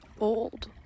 old